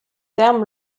termes